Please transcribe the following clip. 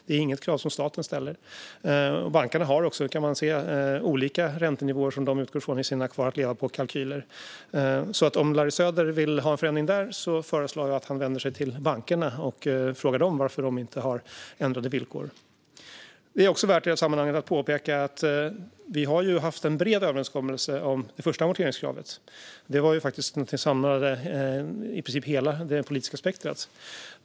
Det är inget krav som staten ställer. Bankerna har också - det kan man se - olika räntenivåer som de utgår från i sina kvar-att-leva-på-kalkyler. Om Larry Söder vill ha en förändring där föreslår jag att han vänder sig till bankerna och frågar dem varför de inte har andra villkor. I det sammanhanget är det också värt att påpeka att vi har haft en bred överenskommelse om det första amorteringskravet. Det var faktiskt något som samlade i princip hela det politiska spektrumet.